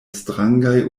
strangaj